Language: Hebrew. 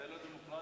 זה לא דמוקרטי.